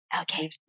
okay